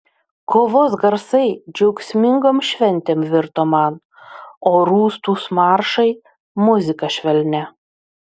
kovos garsai džiaugsmingom šventėm virto man o rūstūs maršai muzika švelnia